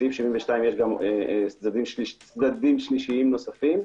בסעיף 72 יש גם צדדים שלישיים נוספים,